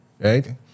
Right